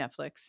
Netflix